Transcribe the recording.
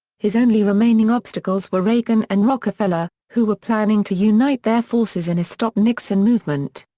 his only remaining obstacles were reagan and rockefeller, who were planning to unite their forces in a stop-nixon movement.